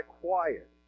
quiet